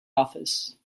office